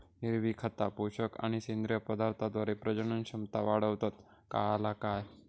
हिरवी खता, पोषक आणि सेंद्रिय पदार्थांद्वारे प्रजनन क्षमता वाढवतत, काळाला काय?